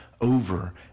over